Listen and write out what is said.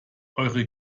eure